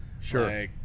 sure